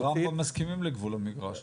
אבל רמב"ם מסכימים לגבול המגרש נכון?